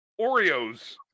Oreos